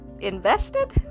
invested